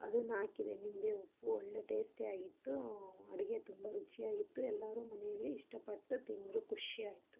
ಅದನ್ ಹಾಕಿದೆ ನಿಂಬೆ ಉಪ್ಪು ಒಳ್ಳೆ ಟೇಸ್ಟಿಯಾಗಿತ್ತು ಅಡಿಗೆ ತುಂಬ ರುಚಿಯಾಗಿತ್ತು ಎಲ್ಲರು ಮನೆಯಲ್ಲಿ ಇಷ್ಟಪಟ್ಟು ತಿಂದರು ಖುಷಿಯಾಯ್ತು